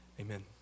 Amen